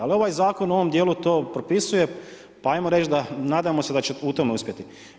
Ali ovaj zakon u ovom dijelu to propisuje pa ajmo reć nadamo se da će u tome uspjeti.